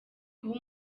kuba